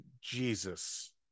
Jesus